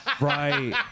right